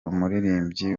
umuririmbyi